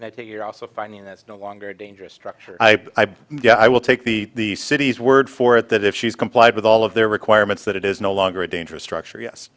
and i think you're also finding that's no longer dangerous structure i guess i will take the city's word for it that if she's complied with all of their requirements that it is no longer a dangerous structure yes